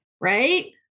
right